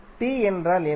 T என்றால் என்ன